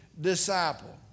disciple